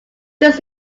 just